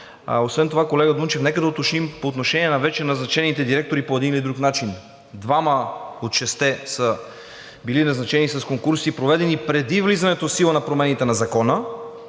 Освен това, колега Дунчев, нека да уточним по отношение вече на назначените директори по един или друг начин. Двама от шестимата са били назначени с конкурси, проведени преди влизането в сила на промените на Закона,